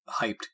hyped